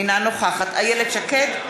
אינה נוכחת איילת שקד,